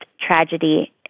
tragedy